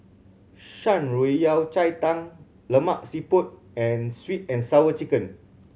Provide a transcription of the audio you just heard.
Shan Rui Yao Cai Tang Lemak Siput and Sweet And Sour Chicken